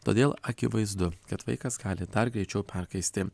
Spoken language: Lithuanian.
todėl akivaizdu kad vaikas gali dar greičiau perkaisti